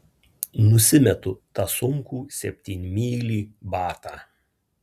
nusimetu tą sunkų septynmylį batą